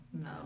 No